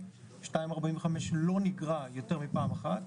ו-2.45% לא נגרע יותר מפעם אחת,